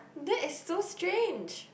that is so strange